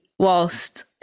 whilst